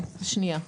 שנייה.